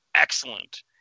Excellent